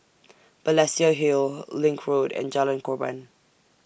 Balestier Hill LINK Road and Jalan Korban